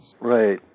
Right